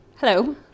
Hello